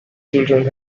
children